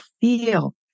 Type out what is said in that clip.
feel